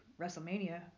WrestleMania